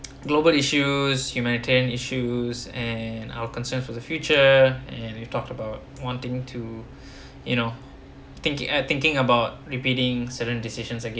global issues humanitarian issues and our concern for the future and we've talked about wanting to you know thinking and thinking about repeating certain decisions